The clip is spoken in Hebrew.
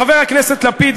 חבר הכנסת לפיד,